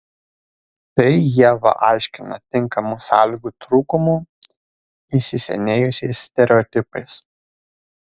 tai ieva aiškina tinkamų sąlygų trūkumu įsisenėjusiais stereotipais